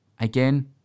again